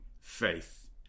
faith